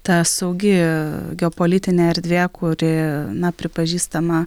ta saugi geopolitinė erdvė kuri na pripažįstama